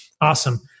awesome